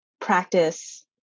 practice